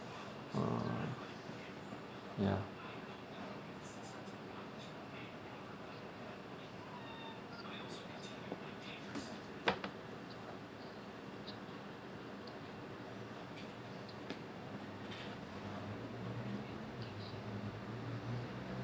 uh ya